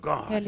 God